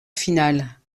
finale